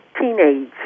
teenage